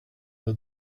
but